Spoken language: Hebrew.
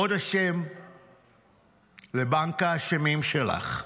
עוד אשם לבנק האשמים שלך.